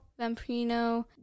Vampirino